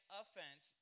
offense